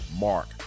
mark